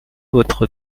votre